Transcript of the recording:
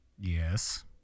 Yes